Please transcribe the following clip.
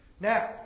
Now